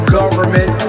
government